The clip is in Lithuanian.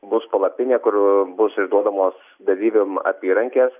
bus palapinė kur bus išduodamos dalyviam apyrankės